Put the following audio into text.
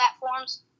platforms